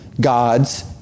God's